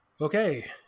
okay